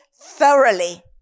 thoroughly